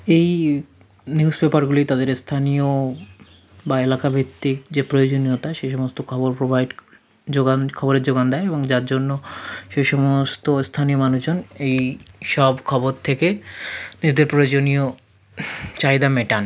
এই নিউজ পেপারগুলি তাদের স্থানীয় বা এলাকাভিত্তিক যে প্রয়োজনীয়তা সে সমস্ত খবর প্রোভাইড জোগান খবরের জোগান দেয় এবং যার জন্য সেই সমস্ত স্থানীয় মানুষজন এই সব খবর থেকে নিজেদের প্রয়োজনীয় চাহিদা মেটান